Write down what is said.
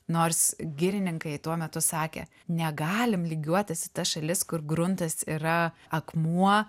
nors girininkai tuo metu sakė negalim lygiuotis į tas šalis kur gruntas yra akmuo